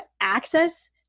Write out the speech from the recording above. access